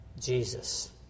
Jesus